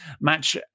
Match